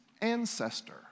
ancestor